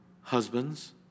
husbands